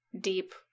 deep